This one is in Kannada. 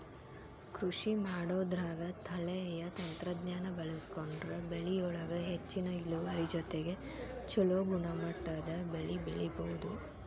ಕೃಷಿಮಾಡೋದ್ರಾಗ ತಳೇಯ ತಂತ್ರಜ್ಞಾನ ಬಳಸ್ಕೊಂಡ್ರ ಬೆಳಿಯೊಳಗ ಹೆಚ್ಚಿನ ಇಳುವರಿ ಜೊತೆಗೆ ಚೊಲೋ ಗುಣಮಟ್ಟದ ಬೆಳಿ ಬೆಳಿಬೊದು